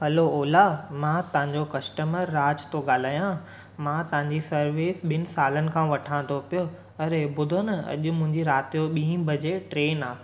hello Ola मां तव्हांजो customer Raj थो ॻाल्हायां मां तव्हांजी सर्विस ॿिनि सालनि खां वठां थो पियो अड़े ॿुधो न अॼु मुंहिंजी राति जो ॿीं बजे ट्रेन आहे